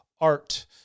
Art